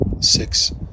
six